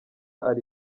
ari